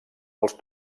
dels